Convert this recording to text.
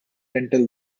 southend